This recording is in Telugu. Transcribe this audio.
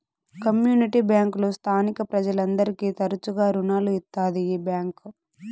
కమ్యూనిటీ బ్యాంకులు స్థానిక ప్రజలందరికీ తరచుగా రుణాలు ఇత్తాది ఈ బ్యాంక్